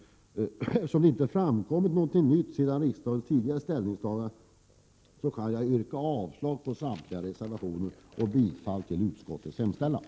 Eftersom det inte har framkommit något nytt sedan riksdagens tidigare ställningstagande yrkar jag avslag på samtliga reservationer och bifall till utskottets hemställan.